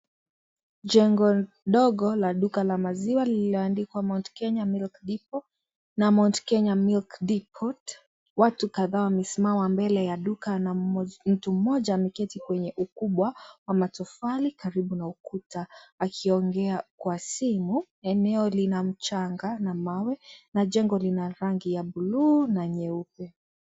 Jengo dogo la duka la maziwa , lilioandikwa Mt Kenya milk depot ,na Mt Kenya milk depot .Watu kadhaa wamesimama mbele ya duka na mmoja, mtu mmoja ameketi kwenye ukubwa wa matofali, karibu na ukuta. Akiongea kwa simu, eneo lina mchanga na mawe na jengo lina rangi ya blue na nyeupe.